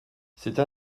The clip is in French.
cette